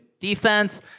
Defense